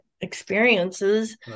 experiences